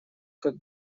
как